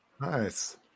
Nice